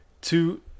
two